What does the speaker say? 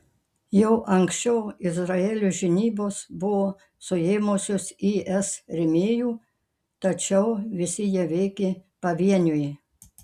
jau anksčiau izraelio žinybos buvo suėmusios is rėmėjų tačiau visi jie veikė pavieniui